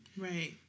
Right